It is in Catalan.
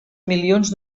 milions